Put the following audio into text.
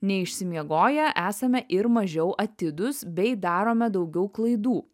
neišsimiegoję esame ir mažiau atidūs bei darome daugiau klaidų